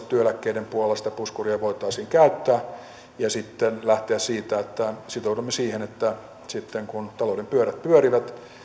työeläkkeiden puolesta puskuria voitaisiin käyttää ja lähteä siitä että sitoudumme siihen että sitten kun talouden pyörät pyörivät